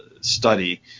study